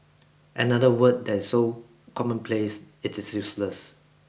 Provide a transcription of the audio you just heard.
another word that is so commonplace it is useless